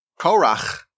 Korach